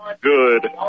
good